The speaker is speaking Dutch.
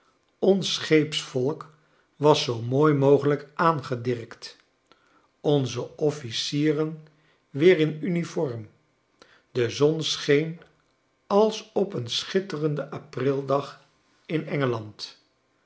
ons scheepsvolk was zoo mooi mogelijk aangedirkt onze officieren weer in uniform de zon scheen als op een schitterenden aprildagin